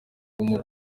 guma